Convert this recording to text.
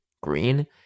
green